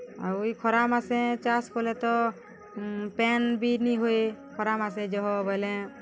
ଆଉ ଇ ଖରା ମାସେ ଚାଷ୍ କଲେ ତ ପେନ୍ ବି ନି ହୁଏ ଖରା ମାସେ ଜହ ବଏଲେ